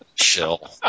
Shill